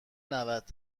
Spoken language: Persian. نود